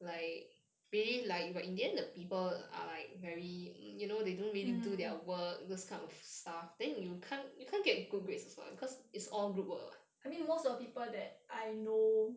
mm I mean most of the people that I know